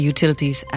Utilities